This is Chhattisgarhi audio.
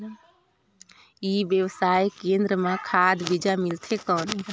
ई व्यवसाय केंद्र मां खाद बीजा मिलथे कौन?